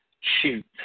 shoot